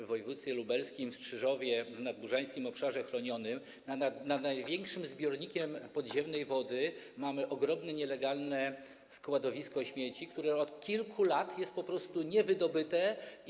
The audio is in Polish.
W województwie lubelskim w Strzyżowie, w Nadbużańskim Obszarze Chronionego Krajobrazu, nad największym zbiornikiem podziemnej wody mamy ogromne, nielegalne składowisko śmieci, które od kilku lat są po prostu niewydobywane.